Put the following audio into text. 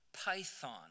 Python